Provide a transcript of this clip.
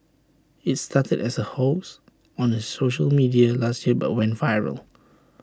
IT started as A hoax on the social media last year but went viral